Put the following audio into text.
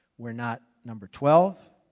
we're not number twelve,